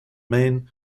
main